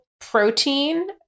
protein